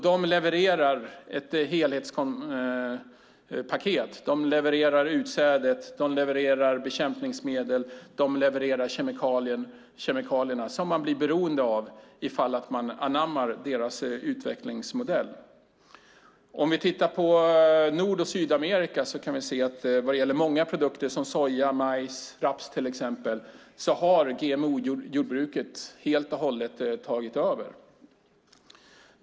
De levererar ett helthetspaket. De levererar utsädet, de levererar bekämpningsmedel, de levererar kemikalierna som man blir beroende av ifall man anammar deras utvecklingsmodell. I Nord och Sydamerika kan vi se att när det gäller många produkter som till exempel soja, majs och raps har GMO-jordbruket helt och hållet tagit över.